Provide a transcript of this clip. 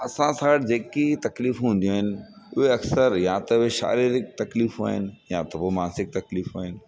असां सां जेकियूं तकलीफ़ूं हूंदियूं आहिनि उहे अक्सरि या त शारिरीक तकलीफ़ूं आहिनि या त पोइ मानसिक तकलीफूं आहिनि